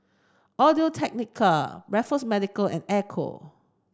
Audio Technica Raffles Medical and Ecco